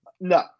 No